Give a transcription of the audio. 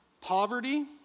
poverty